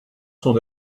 son